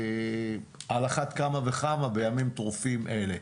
על אחת כמה וכמה בימים טרופים אלה,